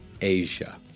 Asia